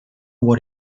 what